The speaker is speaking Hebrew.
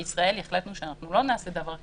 בישראל החלטנו שלא נעשה דבר כזה,